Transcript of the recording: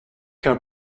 qu’un